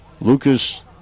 Lucas